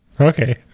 Okay